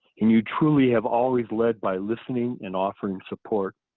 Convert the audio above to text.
and you truly have always led by listening and offering support.